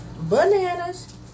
Bananas